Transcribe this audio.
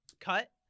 cut